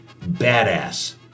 Badass